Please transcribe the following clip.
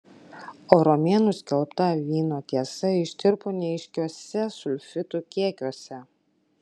o romėnų skelbta vyno tiesa ištirpo neaiškiuose sulfitų kiekiuose